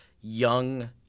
young